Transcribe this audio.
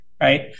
right